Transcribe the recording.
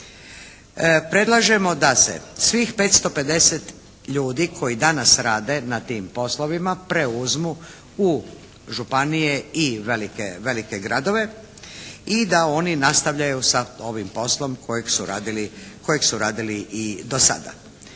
Predlažemo da se svih 550 ljudi koji danas rade na tim poslovima preuzmu u županije i u velike gradove i da oni nastavljaju sa ovim poslom kojeg su radili i do sada.